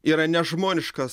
yra nežmoniškas